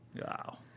Wow